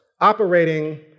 operating